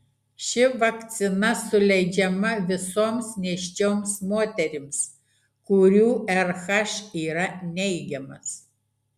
ši vakcina suleidžiama visoms nėščioms moterims kurių rh yra neigiamas